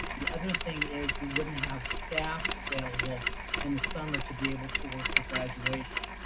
the other thing is we wouldn't have staff available in the summer to be able to work the graduation.